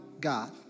God